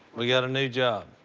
we got a new job.